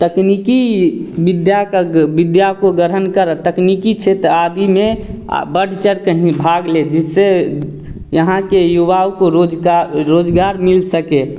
तकनीकी विद्या का गा विद्या को ग्रहण कर तकनीकी क्षेत्र आदि में बढ़ चढ़ कहें भाग लें जिससे यहाँ के युवाओं को रोज़गार रोज़गार मिल सके